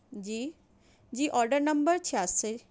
جی جی order number چھیاسی